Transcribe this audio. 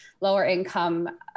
lower-income